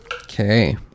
Okay